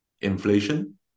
inflation